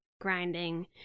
grinding